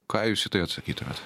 ką jūs į tai atsakytumėt